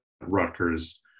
Rutgers